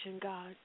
God